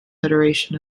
federation